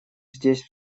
здесь